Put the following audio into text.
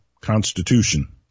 constitution